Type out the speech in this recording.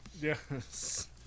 Yes